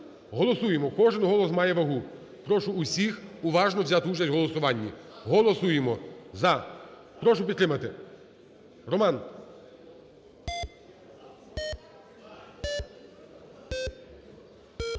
Голосуємо. Кожний голос має вагу. Прошу всіх уважно взяти участь у голосуванні. Голосуємо "за", прошу підтримати.